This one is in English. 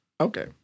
Okay